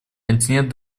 континент